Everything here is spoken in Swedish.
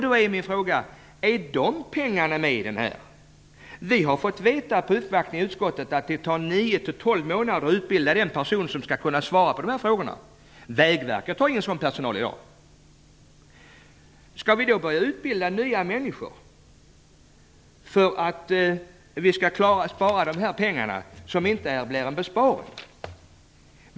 Då är min fråga: Är de pengar detta kommer att kosta med i det här förslaget? Vi har vid uppvaktningar i utskottet fått veta att det tar mellan nio och tolv månader att utbilda en person som skall kunna svara på de här frågorna. Vägverket har i dag ingen sådan personal. Skall vi då börja utbilda nya människor för att spara de här pengarna, som inte blir en besparing?